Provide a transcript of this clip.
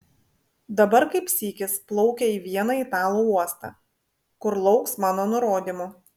dabar kaip sykis plaukia į vieną italų uostą kur lauks mano nurodymų